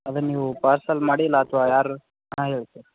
ಅದ್ನ ನೀವೂ ಪಾರ್ಸಲ್ ಮಾಡಿ ಇಲ್ಲ ಅಥ್ವಾ ಯಾರು ಹಾಂ ಹೇಳಿ ಸರ್